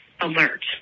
alert